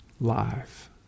life